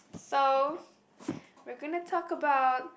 so we're gonna talk about